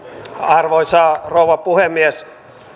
arvoisa rouva puhemies